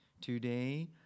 Today